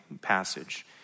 passage